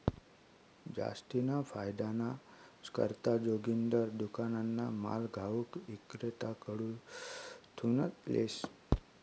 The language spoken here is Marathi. जास्तीना फायदाना करता जोगिंदर दुकानना माल घाऊक इक्रेताकडथून लेस